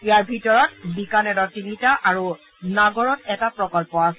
ইয়াৰ ভিতৰত বিকানেৰত তিনিটা আৰু নাগৰত এটা প্ৰকল্প আছে